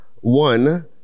one